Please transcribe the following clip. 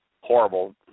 horrible